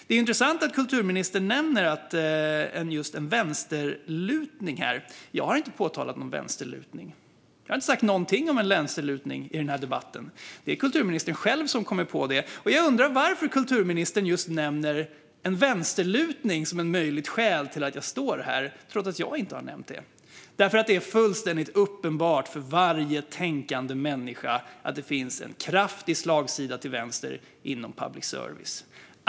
Det är intressant att kulturministern nämner just en vänsterlutning här. Jag har inte påtalat någon vänsterlutning. Jag har inte sagt någonting om en vänsterlutning i denna debatt. Det är kulturministern själv som kommer på det. Jag undrar varför kulturministern just nämner en vänsterlutning som ett möjligt skäl till att jag står här, trots att jag inte har nämnt det. Det är nämligen fullständigt uppenbart för varje tänkande människa att det finns en kraftig slagsida åt vänster inom public service.